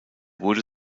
wurde